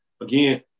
Again